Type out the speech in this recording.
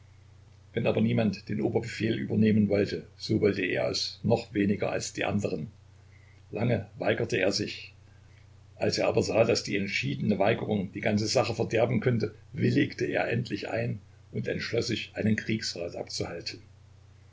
wenn aber niemand den oberbefehl übernehmen wollte so wollte er es noch weniger als die anderen lange weigerte er sich als er aber sah daß die entschiedene weigerung die ganze sache verderben könnte willigte er endlich ein und entschloß sich einen kriegsrat abzuhalten